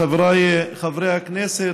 חבריי חברי הכנסת,)